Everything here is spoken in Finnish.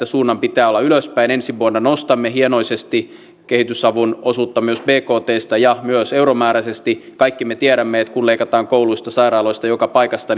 suunnan pitää olla ylöspäin ensi vuonna nostamme hienoisesti kehitysavun osuutta myös bktstä ja myös euromääräisesti kaikki me tiedämme että kun leikataan kouluista sairaaloista joka paikasta